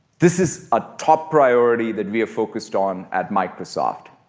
this is a top priority that we have focused on at microsoft.